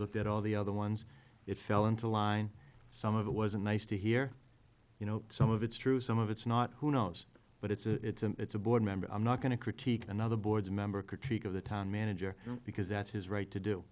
looked at all the other ones it fell into line some of it wasn't nice to hear you know some of it's true some of it's not who knows but it's a it's a board member i'm not going to critique another board member critique of the town manager because that's his right